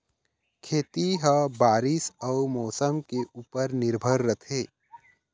खेती ह बारीस अऊ मौसम के ऊपर निर्भर रथे